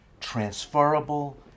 transferable